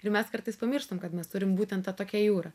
ir mes kartais pamirštam kad mes turim būtent tą tokią jūrą